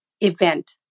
event